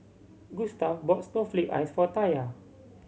Gustaf bought snowflake ice for Taya